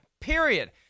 period